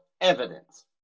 evidence